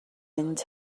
mynd